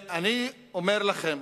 אני אומר לכם: